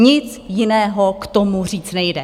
Nic jiného k tomu říct nejde.